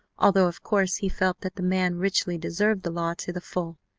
although, of course, he felt that the man richly deserved the law to the full.